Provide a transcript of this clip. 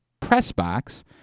PressBox